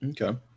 okay